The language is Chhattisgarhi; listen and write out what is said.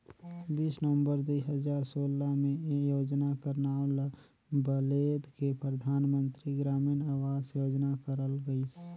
बीस नवंबर दुई हजार सोला में ए योजना कर नांव ल बलेद के परधानमंतरी ग्रामीण अवास योजना करल गइस